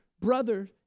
Brother